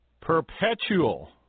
perpetual